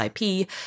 IP